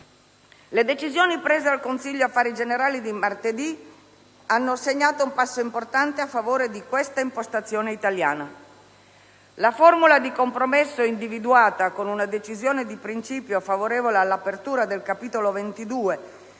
le decisioni prese al Consiglio affari generali di martedì scorso hanno segnato un passo importante a favore di questa impostazione italiana. La formula di compromesso individuata - con una decisione di principio favorevole all'apertura del capitolo 22